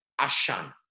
ashan